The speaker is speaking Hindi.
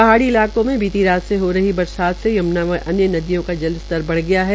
पहाड़ी इलाकों में बीती रात हो रही बरसात से यमुना व अन्य नदियों का जल स्तर बढ़ गया है